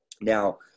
Now